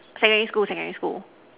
secondary school secondary school